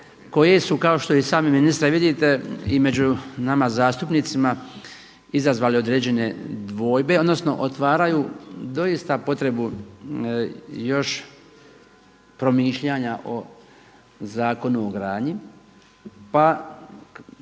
koje su kao što i sami ministre vidite i među nama zastupnicima izazvalo određene dvojbe odnosno otvaraju doista potrebu još promišljanja o Zakonu o gradnji. Pa